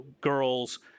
girls